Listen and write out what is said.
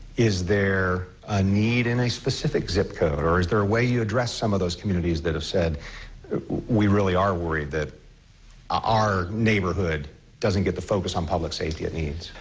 is there a need in a specific zip code or is there a way you address some of those communities that have said we really are worried that our neighborhood doesn't get the focus on public safety it needs.